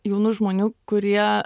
jaunų žmonių kurie